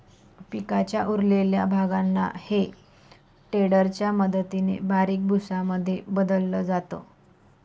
पिकाच्या उरलेल्या भागांना हे टेडर च्या मदतीने बारीक भुसा मध्ये बदलल जात